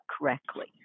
correctly